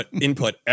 input